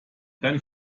dein